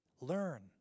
Learn